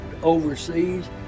overseas